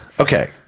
Okay